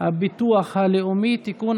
הביטוח הלאומי (תיקון,